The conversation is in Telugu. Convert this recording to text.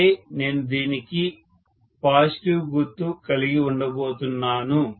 అంటే నేను దీనికి పాజిటివ్ గుర్తు కలిగి ఉండబోతున్నాను